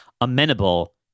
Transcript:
amenable